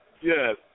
Yes